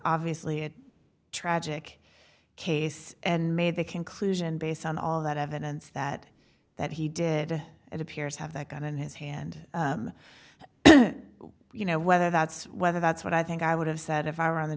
obviously a tragic case and made the conclusion based on all that evidence that that he did it appears have that gun in his hand you know whether that's whether that's what i think i would have said if i were on the